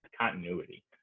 continuity